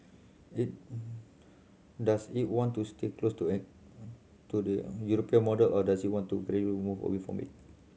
it does it want to stay close to an to the European model or does it want to move away from it